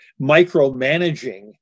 micromanaging